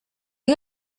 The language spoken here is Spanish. hay